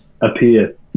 appear